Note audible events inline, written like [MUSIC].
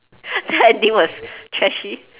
[LAUGHS] the ending was trashy